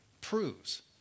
proves